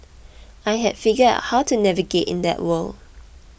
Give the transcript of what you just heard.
I had figured out how to navigate in that world